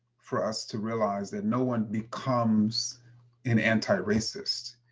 for us to realize that no one becomes an anti-racist.